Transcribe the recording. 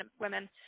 women